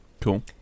Cool